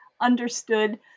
understood